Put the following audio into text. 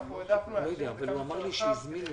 אנחנו העדפנו להשאיר את זה כמה שיותר רחב כדי